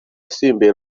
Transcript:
yasimbuye